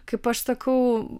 kaip aš sakau